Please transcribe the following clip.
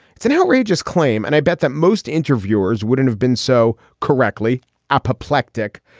it's an outrageous claim. and i bet that most interviewers wouldn't have been so correctly apoplectic.